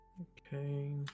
Okay